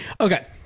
Okay